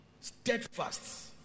steadfast